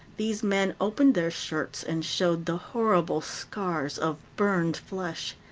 these men opened their shirts and showed the horrible scars of burned flesh.